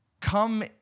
Come